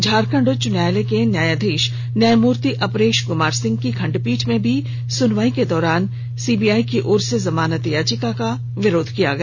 झारखंड उच्च न्यायालय के न्यायाधीष न्यायमूर्ति अपरेष कुमार सिंह की खंडपीठ में हुई सुनवाई के दौरान सीबीआई की ओर से जमानत याचिका का विरोध किया गया